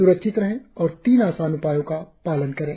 स्रक्षित रहें और तीन आसान उपायों का पालन करें